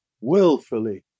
willfully